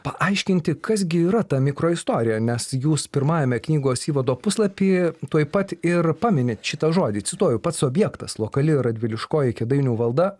paaiškinti kas gi yra ta mikroistorija nes jūs pirmajame knygos įvado puslapy tuoj pat ir paminit šitą žodį cituoju pats objektas lokali radviliškoji kėdainių valda